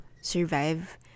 survive